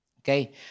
Okay